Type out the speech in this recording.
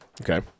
Okay